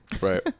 Right